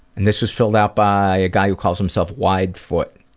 and this is filled out by a guy who calls himself widefoot.